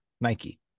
Nike